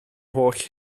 holl